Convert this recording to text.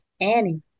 Annie